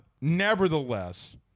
nevertheless